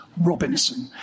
Robinson